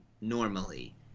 normally